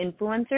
influencers